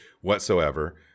whatsoever